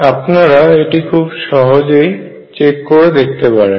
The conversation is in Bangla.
আপনার এটি খুব সহজেই চেক করে দেখতে পারেন